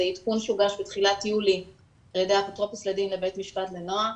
זה עדכון שהוגש בתחילת יולי על ידי האפוטרופוס לדין לבית משפט לנוער,